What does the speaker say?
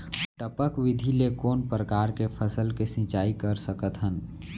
टपक विधि ले कोन परकार के फसल के सिंचाई कर सकत हन?